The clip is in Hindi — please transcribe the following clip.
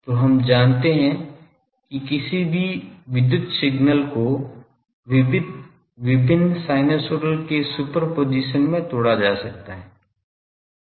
तो हम जानते हैं कि किसी भी विद्युत सिगनल को विभिन्न साइनसॉइड के सुपरपोजिशन में तोड़ा जा सकता है